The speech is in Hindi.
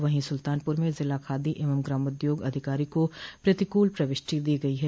वहीं सुल्तानपुर में जिला खादी एवं ग्रामोद्योग अधिकारी को प्रतिकूल प्रविष्टि दी गई है